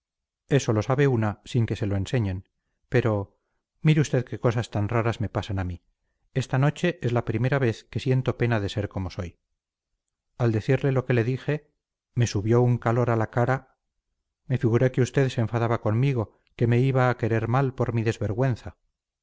eso lo sabe una sin que se lo enseñen pero mire usted qué cosas tan raras me pasan a mí esta noche es la primera vez que siento pena de ser como soy al decirle lo que le dije me subió un calor a la cara me figuré que usted se enfadaba conmigo que me iba a querer mal por mi desvergüenza